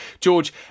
George